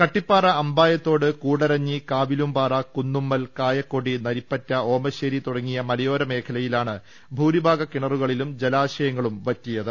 കട്ടിപ്പാറ അമ്പായത്തോട് കൂടരഞ്ഞി കാവിലുംപാറ കുന്നുമ്മൽ കായക്കൊടി നരിപ്പറ്റ ഓമശേരി തുടങ്ങിയ മലയോര മേഖലയിലാണ് ഭൂരിഭാഗ കിണറുകളും ജലാശയങ്ങളും വറ്റിയത്